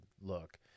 look